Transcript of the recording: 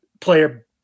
player